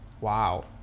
wow